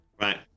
Right